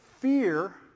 fear